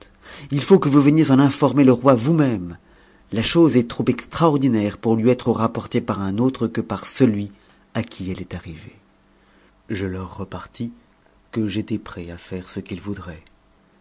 il faut que vous veniez en informer le roi vous-même la chose est trop extraordinaire pour lui être rapportée par un au re que par celui à qui elle est arrivée je leur repartis que j'étais prêt à faire ce qu'ils voudraient